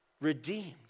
redeemed